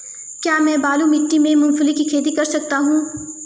क्या मैं बालू मिट्टी में मूंगफली की खेती कर सकता हूँ?